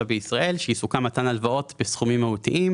בישראל שעיסוקם מתן הלוואות בסכומים מהותיים.